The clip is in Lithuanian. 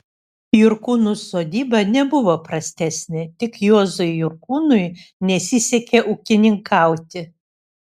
jurkūnų sodyba nebuvo prastesnė tik juozui jurkūnui nesisekė ūkininkauti